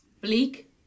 Bleak